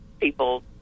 people—